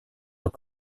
donc